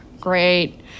Great